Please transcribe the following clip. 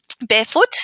barefoot